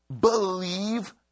believe